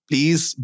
Please